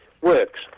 works